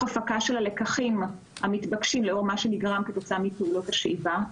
הפקה של הלקחים המתבקשים לאור מה שנגרם כתוצאה מפעולות השאיבה,